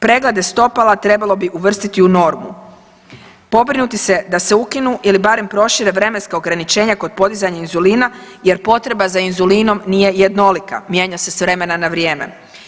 Preglede stopala trebalo bi uvrstiti u normu, pobrinuti se da se ukinu ili barem prošire vremenska ograničenja kod podizanja inzulina jer potreba za inzulinom nije jednolika, mijenja se s vremena na vrijeme.